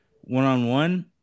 one-on-one